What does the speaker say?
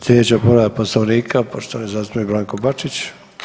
Sljedeća povreda Poslovnika, poštovani zastupnik Branko Bačić.